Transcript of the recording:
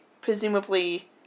presumably